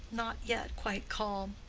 not yet quite calm.